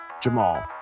Jamal